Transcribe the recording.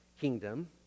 kingdom